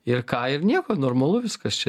ir ką ir nieko normalu viskas čia